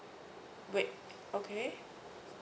wait okay